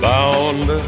Bound